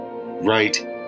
right